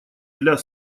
для